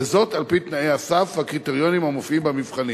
וזאת על-פי תנאי הסף והקריטריונים המופיעים במבחנים.